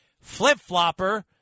flip-flopper